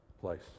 place